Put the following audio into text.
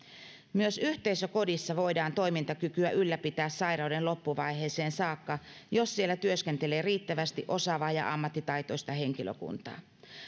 myös yhteisökodissa voidaan toimintakykyä ylläpitää sairauden loppuvaiheeseen saakka jos siellä työskentelee riittävästi osaavaa ja ammattitaitoista henkilökuntaa